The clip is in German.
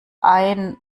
ein